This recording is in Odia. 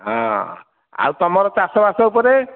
ହଁ ଆଉ ତୁମର ଚାଷବାସ ଉପରେ